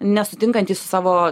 nesutinkantys su savo